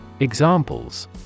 Examples